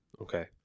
Okay